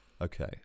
okay